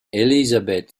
elizabeth